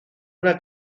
una